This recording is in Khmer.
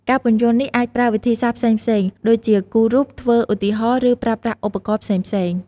ការពន្យល់នេះអាចប្រើវិធីសាស្ត្រផ្សេងៗ ដូចជាគូររូប ធ្វើឧទាហរណ៍ ឬប្រើប្រាស់ឧបករណ៍ផ្សេងៗ។